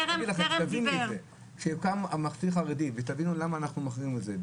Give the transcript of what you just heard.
תבינו למה אנחנו מחרימים את זה.